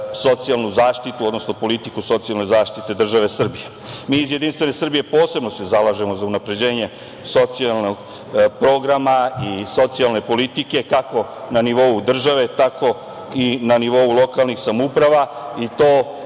socijalnu zaštitu, odnosno politiku socijalne zaštite države Srbije. Mi iz Jedinstvene Srbije posebno se zalažemo za unapređenje socijalnog programa i socijalne politike, kako na nivou države, tako i na nivou lokalnih samouprava, i to